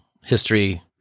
history